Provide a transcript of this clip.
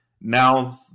Now